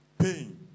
Pain